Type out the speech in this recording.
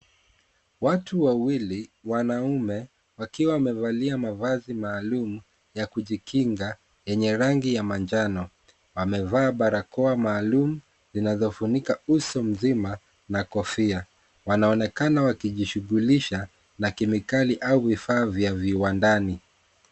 Watu wawili wanaume wakiwa wmevalia mavazi maalumu ya kujikinga yenye rangi ya manjano wamevaa barakoa maalum zinazofunika uso mzima na kofia wanaonekana wakijishughulisha na kemikali au vifaa vya viwandani.